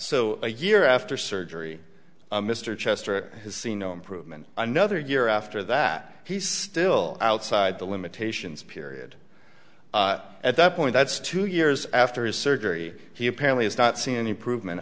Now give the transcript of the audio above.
so a year after surgery mr chester has seen no improvement another year after that he's still outside the limitations period at that point that's two years after his surgery he apparently is not see any improvement